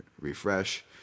Refresh